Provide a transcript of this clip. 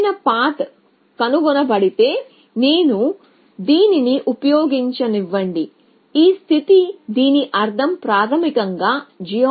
మెరుగైన పాత్ కనుగొనబడితే నేను దీనిని ఉపయోగించనివ్వండి ఈ స్థితి దీని అర్థం ప్రాథమికంగా gkmn